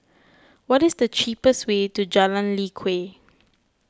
what is the cheapest way to Jalan Lye Kwee